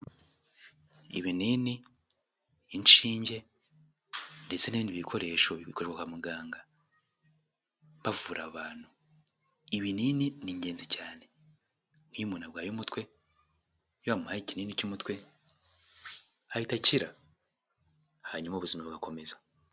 Ibinini, inshinge ndetse n'ibindi bikoresho bikoreshwa kwa muganga bavura abantu, ibinini ni ingenzi cyane, iy'umuntu arwaye umutwe, iyo bamuhaye ikinini cy'umutwe ahita akira hanyuma ubuzima bugakomeza.